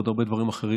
ועוד הרבה דברים אחרים,